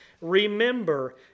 remember